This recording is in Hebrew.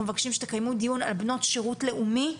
אנחנו מבקשים שתקיימו דיון על בנות שרות לאומי,